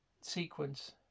sequence